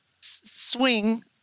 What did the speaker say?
swing